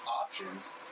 options